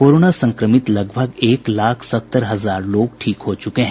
corona संक्रमित करीब एक लाख सत्तर हजार लोग ठीक हो चुके हैं